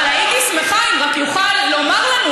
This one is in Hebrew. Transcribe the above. אבל הייתי שמחה אם רק יוכל לומר לנו: